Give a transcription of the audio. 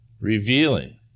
revealing